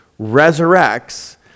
resurrects